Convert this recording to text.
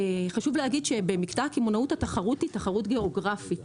חשוב להגיד שבמקטע הקמעונאות התחרות היא תחרות גיאוגרפית,